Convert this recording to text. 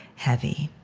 heavy.